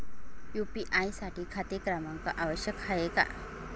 UPI साठी खाते क्रमांक आवश्यक आहे का?